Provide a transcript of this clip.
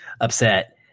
upset